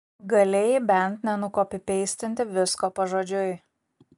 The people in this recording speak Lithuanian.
galėjai bent nenukopipeistinti visko pažodžiui